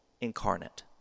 incarnate